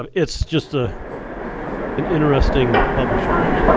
um it's just ah an interesting publisher.